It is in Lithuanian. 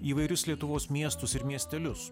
įvairius lietuvos miestus ir miestelius